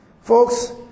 Folks